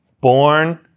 born